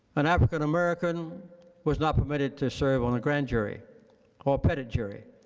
an african-american was not permitted to serve on a grand jury or petit jury.